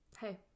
Hey